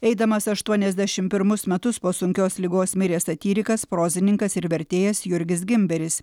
eidamas aštuoniasdešim pirmus metus po sunkios ligos mirė satyrikas prozininkas ir vertėjas jurgis gimberis